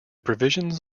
provisions